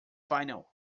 final